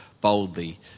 boldly